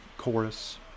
chorus